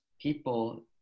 people